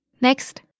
Next